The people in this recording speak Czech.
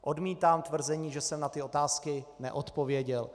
Odmítám tvrzení, že jsem na ty otázky neodpověděl.